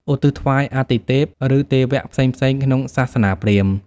ឧទ្ទិសថ្វាយអាទិទេព ឬទេវៈផ្សេងៗក្នុងសាសនាព្រាហ្មណ៍។